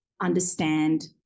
understand